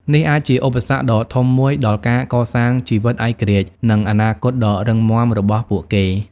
នេះអាចជាឧបសគ្គដ៏ធំមួយដល់ការកសាងជីវិតឯករាជ្យ និងអនាគតដ៏រឹងមាំរបស់ពួកគេ។